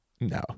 No